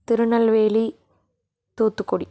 Tirunelveli Thoothukudi